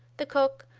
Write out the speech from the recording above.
the cook,